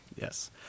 Yes